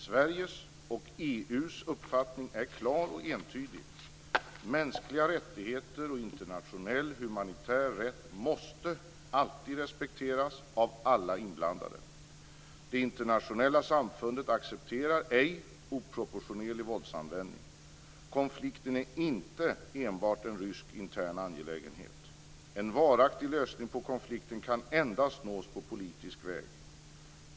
Sveriges - och EU:s - uppfattning är klar och entydig: Mänskliga rättigheter och internationell humanitär rätt måste alltid respekteras, av alla inblandade. Det internationella samfundet accepterar ej oproportionerlig våldsanvändning. Konflikten är inte enbart en rysk intern angelägenhet. En varaktig lösning på konflikten kan endast nås på politisk väg.